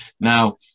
Now